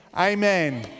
amen